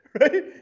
right